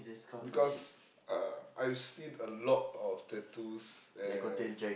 because uh I've seen a lot of tattoos and